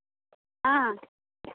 ᱦᱮᱸ